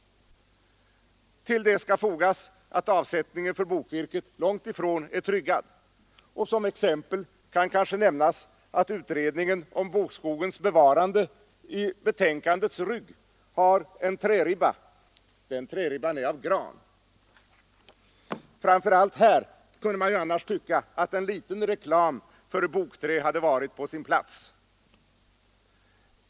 Till detta skall fogas att avsättningen för bokvirket långt ifrån är tryggad. Som exempel kan nämnas att utredningen om bokskogens bevarande i betänkandets rygg har en träribba — den ribban är av gran. Framför allt här kunde man ju annars tycka att en liten reklam för bokträ varit på sin plats.